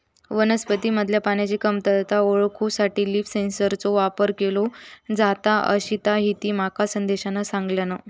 वनस्पतींमधल्या पाण्याची कमतरता ओळखूसाठी लीफ सेन्सरचो वापर केलो जाता, अशीताहिती माका संदेशान सांगल्यान